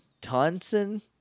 Tonson